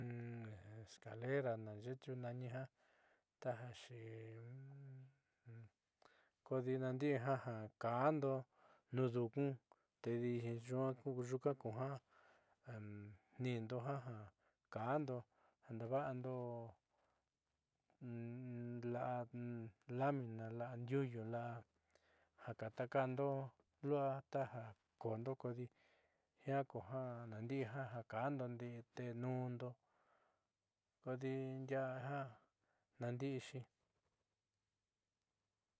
Escalera naaxe'e tiunani jiaa taja xee kodi naandi'i ja ka'ando nuu nduku tedi yuaá nyuuku kujo tni'indo ja ka'ando ja daava'ando la'a lamina la'a ndiuuyu la'a ja takando lu'ua taja kundo kodi jiaa kujo naandi'i ja ka'ando te nuundo kodi ndiaa jiaa ku ja naandi'ixi.